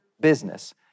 business